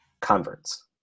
converts